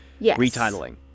retitling